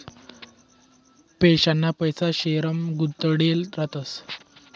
पेन्शनना पैसा शेयरमा गुताडेल रातस